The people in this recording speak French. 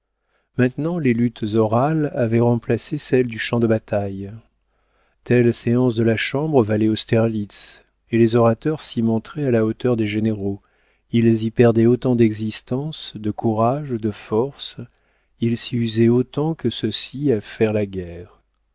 maintenant les luttes orales avaient remplacé celles du champ de bataille telle séance de la chambre valait austerlitz et les orateurs s'y montraient à la hauteur des généraux ils y perdaient autant d'existence de courage de force ils s'y usaient autant que ceux-ci à faire la guerre